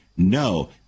No